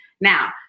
Now